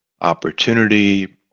opportunity